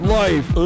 life